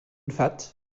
fat